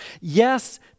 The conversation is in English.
Yes